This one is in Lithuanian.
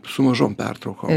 su mažom pertraukom